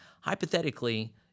Hypothetically